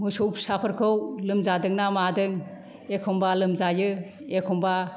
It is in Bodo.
मोसौ फिसाफोरखौ लोमजादोंना मादों एखमबा लोमजायो एखमबा